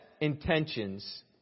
intentions